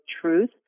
truth